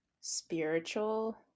spiritual